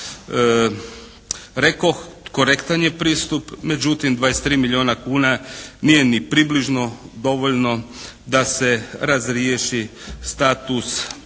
Rekoh, korektan je pristup međutim, 23 milijuna kuna nije ni približno dovoljno da se razriješi status svih